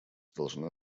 должны